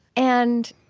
and